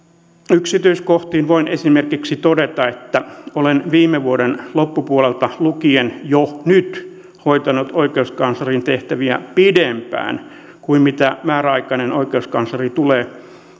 yksityiskohtiin voin esimerkiksi todeta että olen viime vuoden loppupuolelta lukien jo nyt hoitanut oikeuskanslerin tehtäviä pidempään kuin mitä määräaikainen oikeuskansleri tulee